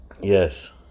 yes